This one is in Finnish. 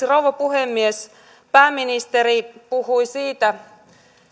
rouva puhemies pääministeri puhui siitä